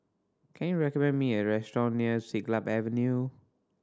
can you recommend me a restaurant near Siglap Avenue